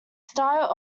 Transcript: style